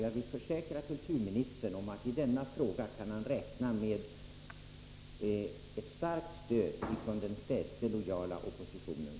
Jag vill försäkra kulturministern att han i denna fråga kan räkna med ett starkt stöd från den städse lojala oppositionen.